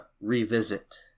revisit